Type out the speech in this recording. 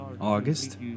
August